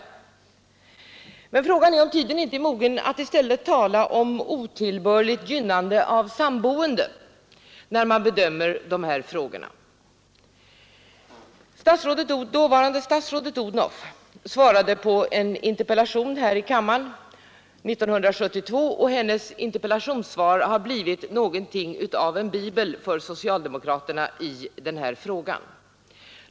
Men frågan är om tiden inte är mogen att i stället tala om otillbörligt gynnande av sammanboende, när man bedömer de här frågorna. Dåvarande statsrådet Odhnoff svarade på en interpellation här i kammaren 1972, och hennes interpellationssvar har blivit något av en bibel för socialdemokraterna i denna fråga.